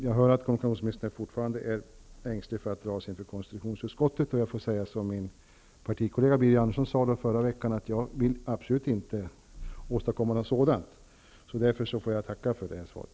Jag hör att kommunikationsministern fortfarande är ängslig för att dras inför konstitutionsutskottet, så jag säger som min partikollega Birger Andersson sade förra veckan: Jag vill absolut inte åstadkomma något sådant. Därför tackar jag för det här svaret.